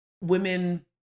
women